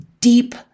deep